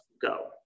go